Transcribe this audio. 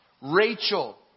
Rachel